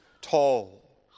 tall